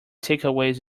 takeaways